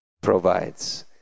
provides